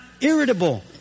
irritable